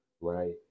right